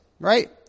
right